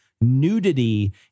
nudity